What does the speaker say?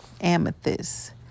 Amethyst